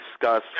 discuss